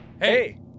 Hey